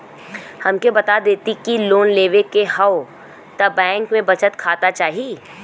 हमके बता देती की लोन लेवे के हव त बैंक में बचत खाता चाही?